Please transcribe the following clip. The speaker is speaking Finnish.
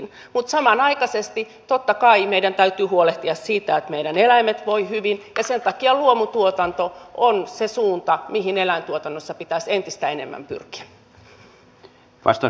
mutta samanaikaisesti totta kai meidän täytyy huolehtia siitä että meillä eläimet voivat hyvin ja sen takia luomutuotanto on se suunta mihin eläintuotannossa pitäisi entistä enemmän pyrkiä